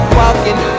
walking